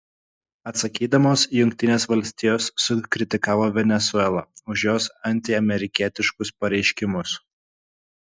atsakydamos jungtinės valstijos sukritikavo venesuelą už jos antiamerikietiškus pareiškimus